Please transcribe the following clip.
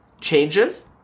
changes